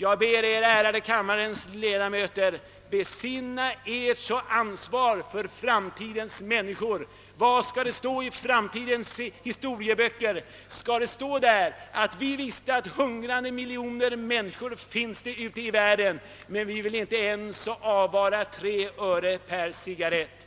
Jag ber er, ärade kammarledamöter, att besinna ert ansvar för framtidens samhälle. Vad skall det stå 1 framtidens historieböcker? Skall det stå att vi visste att det fanns hungrande miljoner men att vi inte ens ville avvara 3 öre per cigarrett?